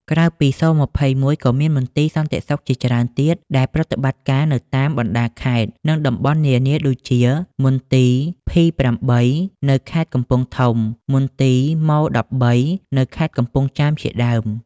ក្រៅពី ស-២១ ក៏មានមន្ទីរសន្តិសុខជាច្រើនទៀតដែលប្រតិបត្តិការនៅតាមបណ្តាខេត្ត និងតំបន់នានាដូចជា មន្ទីរ ភី-៨ នៅខេត្តកំពង់ធំ ឬមន្ទីរ ម-១៣ នៅខេត្តកំពង់ចាមជាដើម។